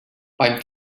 beim